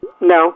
No